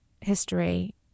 history